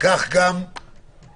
כך גם בחור,